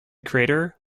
crater